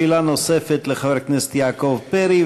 שאלה נוספת לחבר הכנסת יעקב פרי,